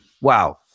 wow